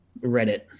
Reddit